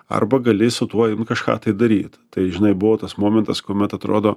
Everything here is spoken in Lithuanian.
arba gali su tuo kažką tai daryti tai žinai buvo tas momentas kuomet atrodo